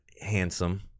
handsome